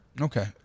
Okay